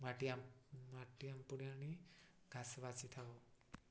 ମାଟି ମାଟି ଆମ୍ପୁଡ଼ି ଆଣି ଘାସ ବାଛି ଥାଉ